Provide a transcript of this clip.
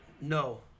No